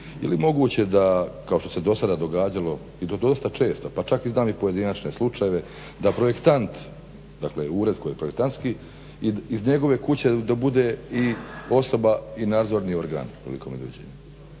Jeli moguće da kao što se do sada događalo i to dosta često pa čak znam i pojedinačne slučajeve, da projektant dakle ured koji je projektantski iz njegove kuće da bude i osoba i nadzorni organ? Ja imam